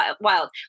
wild